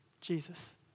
Jesus